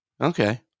okay